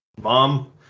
Mom